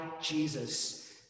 Jesus